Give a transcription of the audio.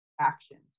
actions